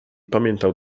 pamiętał